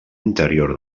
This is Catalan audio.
interior